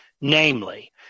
namely